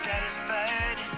Satisfied